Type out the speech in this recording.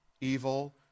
evil